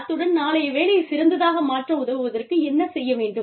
அத்துடன் நாளைய வேலையைச் சிறந்ததாக மாற்ற உதவுவதற்கு என்ன செய்ய வேண்டும்